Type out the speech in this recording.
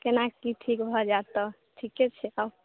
केना की ठीक भऽ जाइत तऽ ठीके छै आउ